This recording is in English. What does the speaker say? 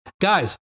guys